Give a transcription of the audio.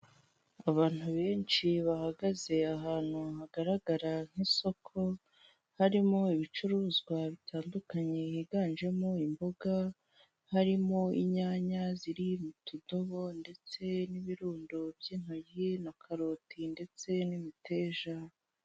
Abantu benshi bahagaze ahantu hagaragara nk'isoko, harimo ibicuruzwa bitandukanye higanjemo imboga. Harimo inyanya ziri mu tudobo ndetse n'ibirundo by'intoki na karoti ndetse n'imiteja.